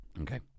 Okay